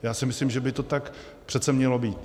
Já si myslím, že by to tak přece mělo být.